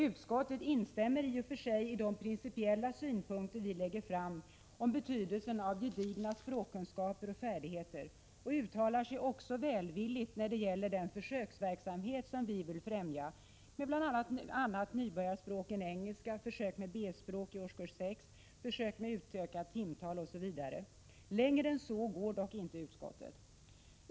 Utskottet instämmer i och för sig i de principiella synpunkter vi lägger fram om betydelsen av gedigna språkkunskaper och färdigheter och uttalar sig också välvilligt när det gäller den försöksverksamhet vi vill främja med annat nybörjarspråk än engelska, B-språk i årskurs 6, utökat timtal, osv. Längre än så går dock inte utskottet.